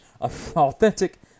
authentic